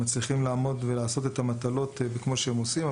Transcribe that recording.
מצליחים לעשות את המטלות כמו שהם עושים,